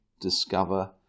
discover